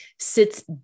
sits